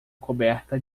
coberta